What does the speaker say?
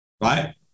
right